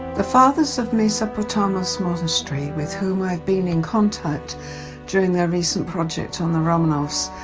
the fathers of mesa potamos monastery, with whom i've been in contact during their recent project on the romanovs,